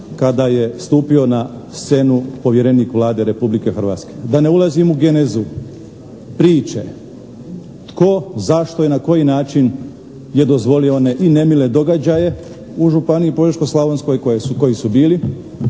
kada je stupio na scenu povjerenik Vlade Republike Hrvatske. Da ne ulazim u genezu priče tko, zašto i na koji način je dozvolio one i nemile događaje u županiji Požeško-slavonskoj koji su bili,